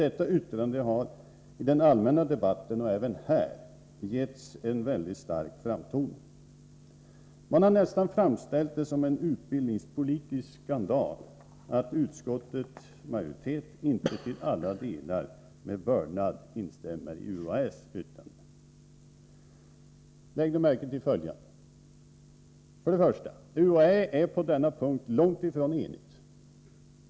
Detta yttrande har i den allmänna debatten, och även här i kammaren, getts en väldigt stark framtoning. Man har nästan framställt det som en utbildningspolitisk skandal att utskottets majoritet inte till fullo med vördnad instämmer i UHÄ:s yttrande. Lägg i det sammanhanget märke till följande: 1. Inom UHÄ är man på den punkten inte på långt när överens.